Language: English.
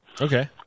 Okay